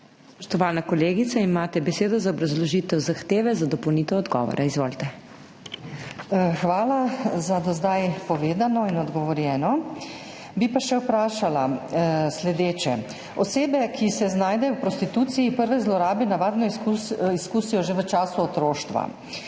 Spoštovana kolegica, imate besedo za obrazložitev zahteve za dopolnitev odgovora. Izvolite. DR. TATJANA GREIF (PS Levica): Hvala za do zdaj povedano in odgovorjeno. Bi pa še vprašala sledeče. Osebe, ki se znajdejo v prostituciji, prve zlorabe navadno izkusijo že v času otroštva.